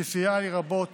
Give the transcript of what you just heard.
שסייעה לי רבות